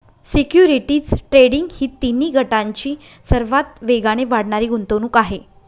securities trading ही तिन्ही गटांची सर्वात वेगाने वाढणारी गुंतवणूक आहे